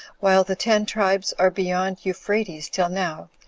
while the ten tribes are beyond euphrates till now,